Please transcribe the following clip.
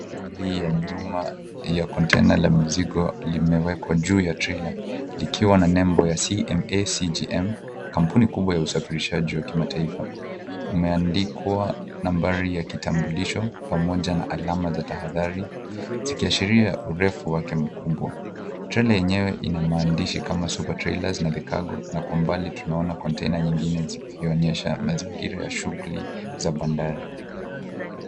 Sehemu hii ya nyuma ya container ya mizigo imewekwa juu ya trailer likiwa na nembo ya CMAGCM kampuni kubwa ya usafirishaji wa kimataifa imeandikwa nambari ya kitambulisho pamoja na alama za tahadhari zikiashiria urefu wake mkubwa trailer yenyewe ina maandishi kama super trailers na the cargo na kwa umbali tunaona trailer zingine zikionyesha mazingira ya shughuli za bandari.